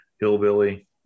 hillbilly